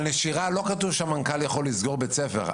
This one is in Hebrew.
על נשירה לא כתוב שהמנכ"ל יכול לסגור בית ספר.